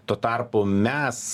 tuo tarpu mes